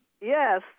Yes